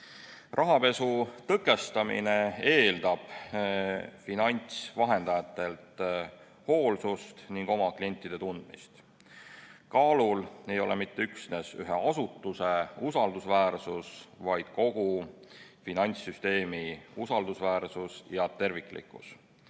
kaudu. Rahapesu tõkestamine eeldab finantsvahendajatelt hoolsust ning oma klientide tundmist. Kaalul ei ole mitte üksnes ühe asutuse usaldusväärsus, vaid kogu finantssüsteemi usaldusväärsus ja terviklikkus.